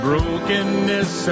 Brokenness